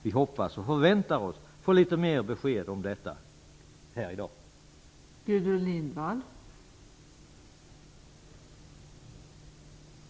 Vi hoppas på och förväntar oss litet mer besked om detta här i dag.